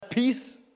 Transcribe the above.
Peace